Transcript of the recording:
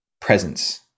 presence